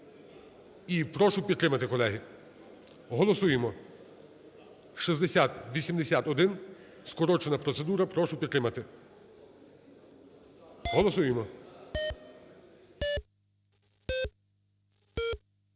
і прошу підтримати, колеги. Голосуємо, 6081 скорочена процедура. Прошу підтримати. Голосуємо.